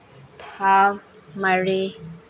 ꯊꯥ ꯃꯔꯤ